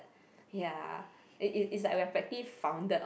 ya it it it's like we are practically founded on